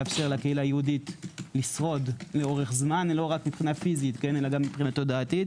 לאפשר לקהילה היהודית לשרוד לאורך זמן - לא רק פיזית אלא גם תודעתית.